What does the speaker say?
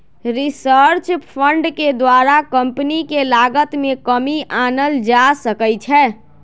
research fund के द्वारा company के लागत में कमी आनल जा सकइ छै